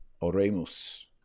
Oremus